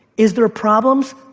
is there problems?